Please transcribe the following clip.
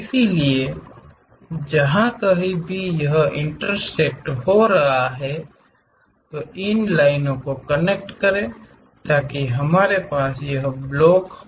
इसलिए जहां कहीं भी यह इंटरसेक्ट हो रहा है तो उन लाइनों को कनेक्ट करें ताकि हमारे पास यह ब्लॉक हो